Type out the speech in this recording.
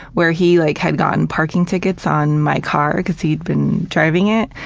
where he like had gotten parking tickets on my car cuz he'd been driving it,